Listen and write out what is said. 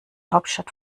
hauptstadt